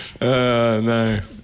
no